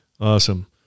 Awesome